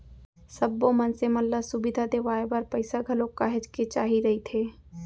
सब्बो मनसे मन ल सुबिधा देवाय बर पइसा घलोक काहेच के चाही रहिथे